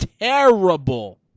terrible